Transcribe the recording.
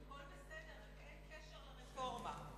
הכול בסדר, אבל אין קשר לרפורמה.